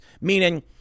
Meaning